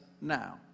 now